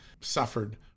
suffered